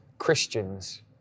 Christians